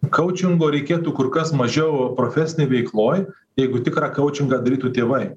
kaučingo reikėtų kur kas mažiau profesinėj veikloj jeigu tikrą koučingą darytų tėvai